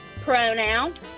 pronoun